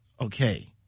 Okay